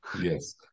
Yes